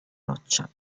roccia